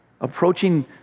Approaching